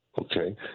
Okay